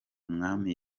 mwami